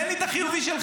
תן לי את החיובי שלך.